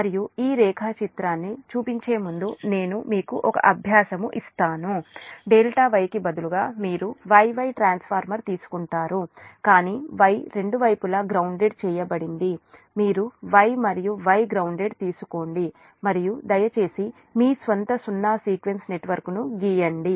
మరియు ఈ రేఖాచిత్రాన్ని చూపించే ముందు నేను మీకు ఒక అభ్యాసము ఇస్తాను ∆ Y కి బదులుగా మీరు Y Y ట్రాన్స్ఫార్మర్ తీసుకుంటారు కానీ Y రెండు వైపులా గ్రౌన్దేడ్ చేయబడింది మీరు Y మరియు Y గ్రౌన్దేడ్ తీసుకోండి మరియు దయచేసి మీ స్వంత సున్నా సీక్వెన్స్ నెట్వర్క్ను గీయండి